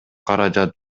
каражат